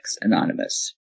Anonymous